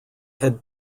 had